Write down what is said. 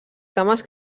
cames